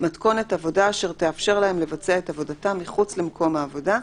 מתכונת עבודה אשר תאפשר להם לבצע את עבודתם מחוץ למקום העבודה,